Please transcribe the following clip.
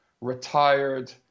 retired